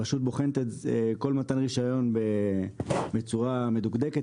הרשות בוחנת כל מתן רישיון בצורה מדוקדקת